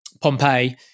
Pompeii